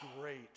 great